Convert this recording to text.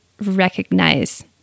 recognize